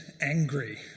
angry